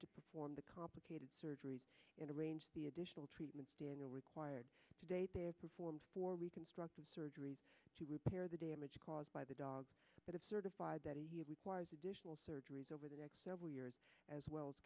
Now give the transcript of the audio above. to perform the complicated surgery in a range the additional treatments daniel required to date there performed for reconstructive surgery to repair the damage caused by the dog at its certified that he requires additional surgeries over the next several years as well as